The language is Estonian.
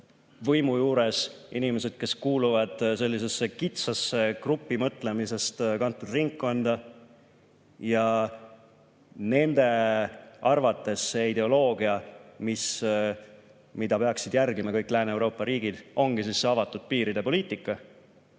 võimu juures inimesed, kes kuuluvad sellisesse kitsasse, grupimõtlemisest kantud ringkonda, ja nende arvates ideoloogia, mida peaksid järgima kõik Lääne-Euroopa riigid, ongi avatud piiride poliitika,